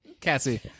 Cassie